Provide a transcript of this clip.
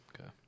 Okay